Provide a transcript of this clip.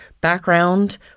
background